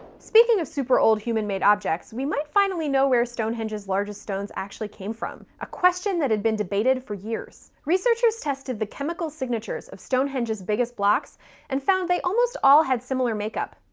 speaking of super-old human-made objects, we might finally know where stonehenge's largest stones actually came from, a question that had been debated for years. researchers tested the chemical signatures of stonehenge's biggest blocks and found they almost all had similar makeup,